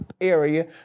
area